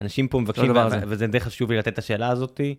אנשים פה מבקשים, וזה די חשוב לי לתת את השאלה הזאתי.